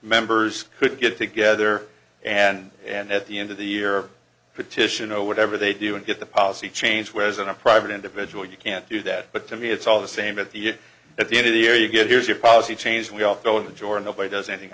members could get together and and at the end of the year petition or whatever they do and get the policy change whereas in a private individual you can't do that but to me it's all the same at the at the end of the year you get here's your policy change we all fell in the door and nobody does anything